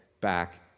back